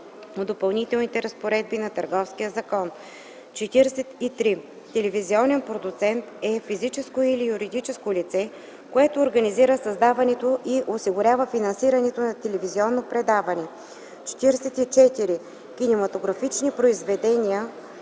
Допълнителните разпоредби на Търговския закон.